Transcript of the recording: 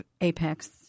Apex